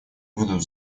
будут